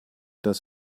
das